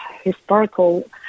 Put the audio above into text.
historical